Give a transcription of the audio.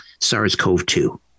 SARS-CoV-2